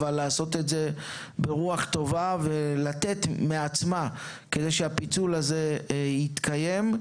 אבל לעשות את זה ברוח טובה ולתת מעצמה כדי שהפיצול הזה יתקיים,